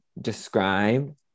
describe